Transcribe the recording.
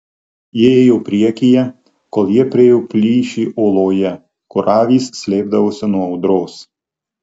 ji ėjo priekyje kol jie priėjo plyšį uoloje kur avys slėpdavosi nuo audros